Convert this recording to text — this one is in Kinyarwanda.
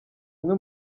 umwe